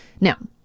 Now